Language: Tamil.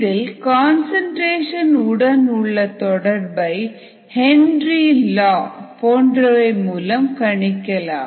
இதில் கன்சன்ட்ரேஷன் உடன் உள்ள தொடர்பை ஹென்றி லா போன்றவை மூலம் கணிக்கலாம்